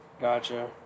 Gotcha